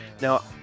Now